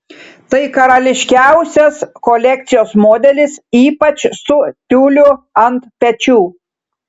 tai karališkiausias kolekcijos modelis ypač su tiuliu ant pečių